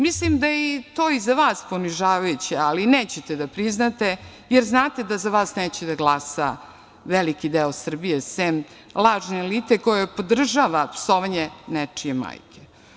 Mislim da je to i za vas ponižavajuće ali nećete da priznate, jer znate da za vas neće da glasa veliki deo Srbije, sem lažne elite koja podržava psovanje nečije majke.